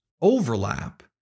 overlap